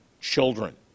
children